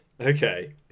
Okay